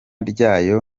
ryayo